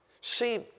See